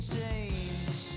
change